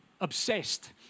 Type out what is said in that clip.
obsessed